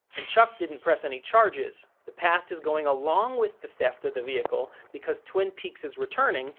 and chuck didn't press any charges. the past is going along with the theft of the vehicle because twin peaks is returning,